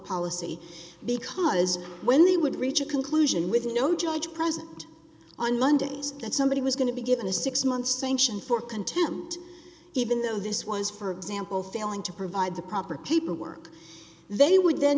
policy because when they would reach a conclusion with no judge present on mondays that somebody was going to be given a six month sanction for contempt even though this was for example failing to provide the proper paperwork they would then